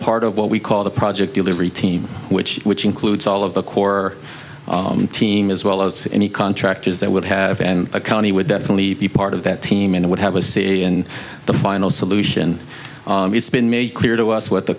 part of what we call the project delivery team which which includes all of the core team as well as any contractors that would have and the county would definitely be part of that team and would have a say in the final solution it's been made clear to us what the